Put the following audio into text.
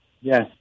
Yes